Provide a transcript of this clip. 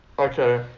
Okay